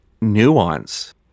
nuance